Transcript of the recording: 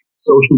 social